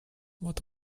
what